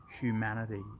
humanity